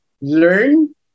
learn